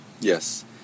Yes